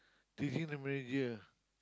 taking the manager